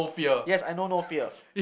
yes I know no fear